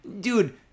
dude